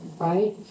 right